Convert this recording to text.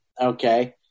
okay